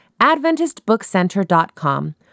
AdventistBookCenter.com